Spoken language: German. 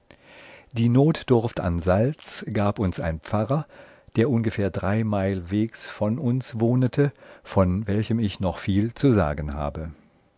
die notdurft an salz gab uns ein pfarrer der ungefähr drei meilen wegs von uns wohnete von welchem ich noch viel zu sagen habe